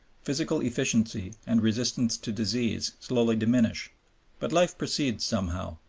physical efficiency and resistance to disease slowly diminish but life proceeds somehow,